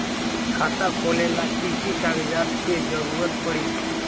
खाता खोले ला कि कि कागजात के जरूरत परी?